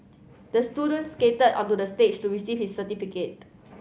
the student skated onto the stage to receive his certificate